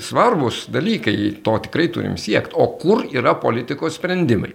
svarbūs dalykai to tikrai turim siekt o kur yra politikos sprendimai